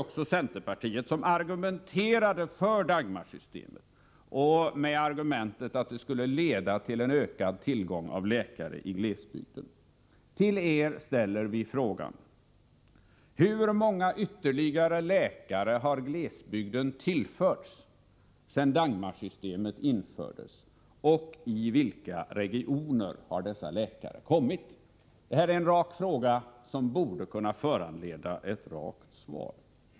också centerpartiet — som argumenterade för Dagmarsystemet med motiveringen att det skulle leda till ökad tillgång till läkare i glesbygden ställer vi till er den mycket relevanta frågan: Hur många ytterligare läkare har glesbygden tillförts sedan Dagmarsystemet infördes, och till vilka regioner har dessa läkare kommit? Detta är en rak fråga som borde kunna föranleda ett rakt svar.